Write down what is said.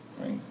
Right